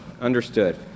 Understood